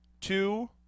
two